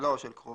שלו או של קרובו,